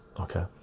Okay